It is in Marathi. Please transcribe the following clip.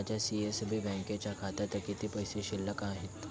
माझ्या सी एस बी बँकेच्या खात्यात किती पैसे शिल्लक आहेत